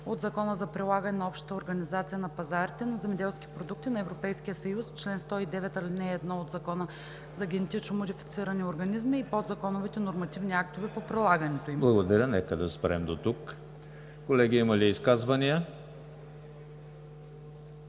от Закона за прилагане на Общата организация на пазарите на земеделски продукти на Европейския съюз, чл. 109, ал. 1 от Закона за генетично модифицирани организми и подзаконовите нормативни актове по прилагането им.“ ПРЕДСЕДАТЕЛ ЕМИЛ ХРИСТОВ: Благодаря, нека да спрем дотук. Колеги, има ли изказвания?